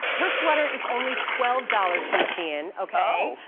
her sweater's only twelve dollars from shein, okay?